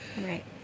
Right